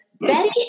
Betty